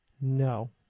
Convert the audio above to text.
no